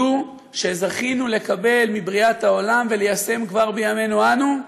זו שזכינו לקבל מבריאת העולם וליישם כבר בימינו אנו,